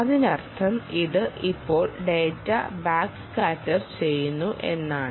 അതിനർത്ഥം ഇത് ഇപ്പോൾ ഡാറ്റ ബാക്ക് സ്കാറ്റർ ചെയ്യുന്നു എന്നാണ്